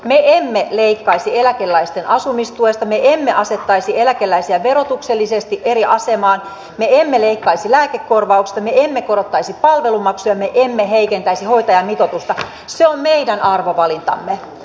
me emme leikkaisi eläkeläisten asumistuesta me emme asettaisi eläkeläisiä verotuksellisesti eri asemaan me emme leikkaisi lääkekorvauksista me emme korottaisi palvelumaksuja me emme heikentäisi hoitajamitoitusta se on meidän arvovalintamme